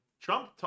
Trump